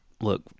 Look